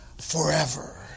forever